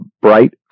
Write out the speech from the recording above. bright